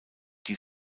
die